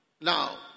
Now